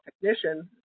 technician